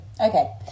Okay